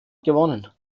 gewonnen